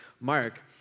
mark